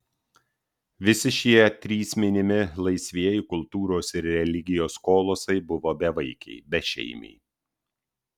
visi šie trys minimi laisvieji kultūros ir religijos kolosai buvo bevaikiai bešeimiai